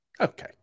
Okay